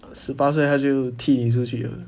十八岁他就踢你出去了